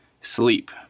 sleep